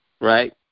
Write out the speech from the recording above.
right